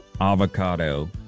avocado